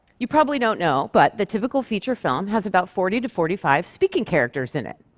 you probably don't know but the typical feature film has about forty to forty five speaking characters in it.